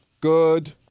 Good